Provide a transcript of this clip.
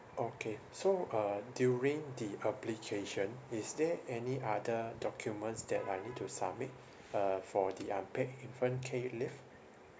okay so uh during the application is there any other documents that I need to submit uh for the unpaid infant care leave